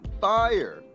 fire